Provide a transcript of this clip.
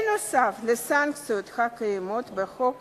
נוסף על הסנקציות הקיימות בחוק